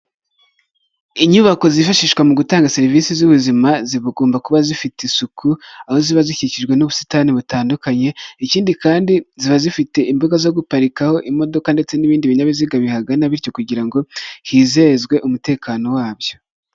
Inyubako zifashishwa mu gutanga serivisi z'ubuzima zigomba kuba zifite isuku aho ziba zikikijwe n'ubusitani butandukanye, ikindi kandi ziba zifite imbuga zo guparikaho imodoka ndetse n'ibindi binyabiziga bihagana bityo kugira ngo hizezwe umutekano wabyo.